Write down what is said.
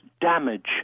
damage